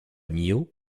millau